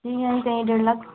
जी यहीं कहीं डेढ़ लाख